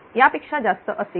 यापेक्षा जास्त असेल